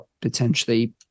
potentially